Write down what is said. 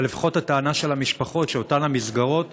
אבל לפחות הטענה של המשפחות היא שאותן המסגרות